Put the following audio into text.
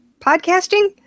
podcasting